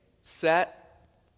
set